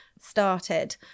started